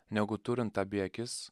negu turint abi akis